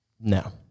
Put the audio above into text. No